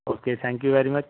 okay thank you very much